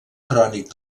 crònic